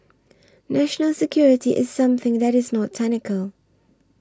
national security is something that is not technical